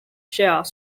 share